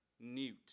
newt